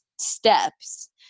steps